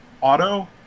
auto